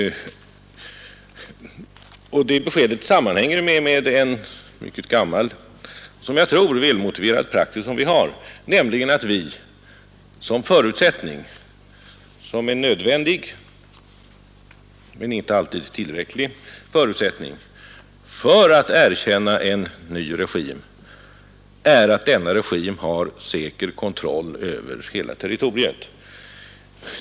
Beskedet sammanhänger med en mycket gammal och, menar jag, välmotiverad praxis som vi har, nämligen att en nödvändig — men inte alltid tillräcklig förutsättning — för att erkänna en ny regim är att denna regim har säker kontroll över hela territoriet.